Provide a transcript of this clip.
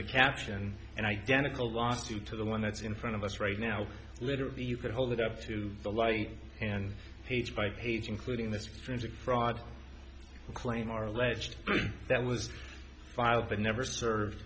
the caption and identical wants you to the one that's in front of us right now literally you could hold it up to the light and page by page including this forensic fraud claim or alleged that was filed but never served